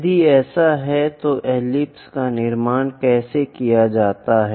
यदि ऐसा है तो एलिप्स का निर्माण कैसे किया जाता है